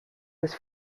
this